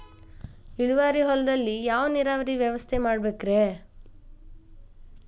ಇಳುವಾರಿ ಹೊಲದಲ್ಲಿ ಯಾವ ನೇರಾವರಿ ವ್ಯವಸ್ಥೆ ಮಾಡಬೇಕ್ ರೇ?